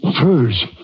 Furs